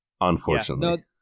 unfortunately